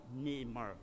Neymar